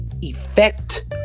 effect